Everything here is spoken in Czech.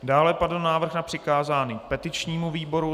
Dále padl návrh na přikázání petičnímu výboru.